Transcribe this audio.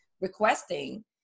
requesting